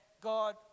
God